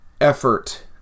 effort